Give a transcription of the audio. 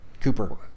Cooper